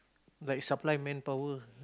like supply manpower